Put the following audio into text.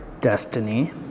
destiny